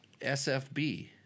SFB